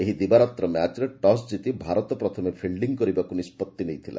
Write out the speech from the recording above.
ଏହି ଦିବାରାତ୍ର ମ୍ୟାଚ୍ରେ ଟସ୍ ଜିଶି ଭାରତ ପ୍ରଥମେ ଫିଲ୍ଟିଂ କରିବାକୁ ନିଷ୍ବଉି ନେଇଥିଲା